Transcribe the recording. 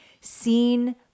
seen